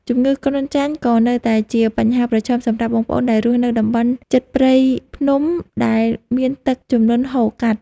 ជំងឺគ្រុនចាញ់ក៏នៅតែជាបញ្ហាប្រឈមសម្រាប់បងប្អូនដែលរស់នៅតំបន់ជិតព្រៃភ្នំដែលមានទឹកជំនន់ហូរកាត់។